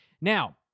Now